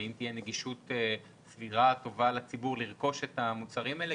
האם תהיה נגישות סבירה וטובה לציבור לרכוש את המוצרים האלה?